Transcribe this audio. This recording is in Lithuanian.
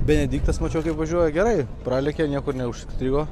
benediktas mačiau kaip važiuoja gerai pralėkė niekur neužstrigo